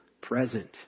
present